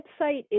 website